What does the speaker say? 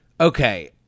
okay